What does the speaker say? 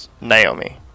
Naomi